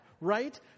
right